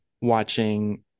watching